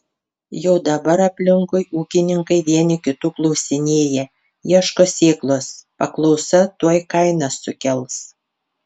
jau dabar aplinkui ūkininkai vieni kitų klausinėja ieško sėklos paklausa tuoj kainas sukels